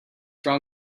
wrong